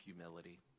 humility